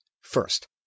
First